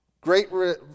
great